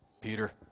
Peter